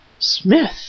Smith